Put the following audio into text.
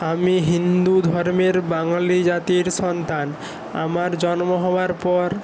আমি হিন্দু ধর্মের বাঙালি জাতীর সন্তান আমার জন্ম হওয়ার পর